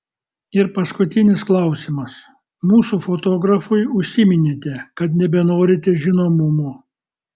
ir paskutinis klausimas mūsų fotografui užsiminėte kad nebenorite žinomumo